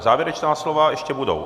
Závěrečná slova ještě budou.